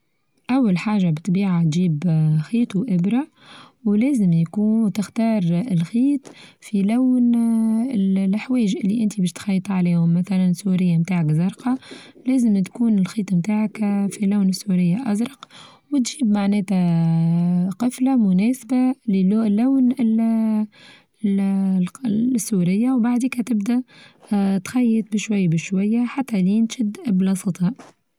أول حاچة بتبيع تچيب خيط وأبرة، ولازم يكون تختار الخيط في لون آآ ال-الحوايچ لي أنت باش تخيطي عليهم مثلا سوريا نتاعك زرقة لازم تكون الخيط نتاعك آآ في لون السورية أزرق، وتجيب معناتها آآ قفلة مناسبة للون ال-ال-السورية وبعديكا تبدأ تخيط بشوية بشوية حتى لين تشد بلاصتها.